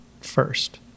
first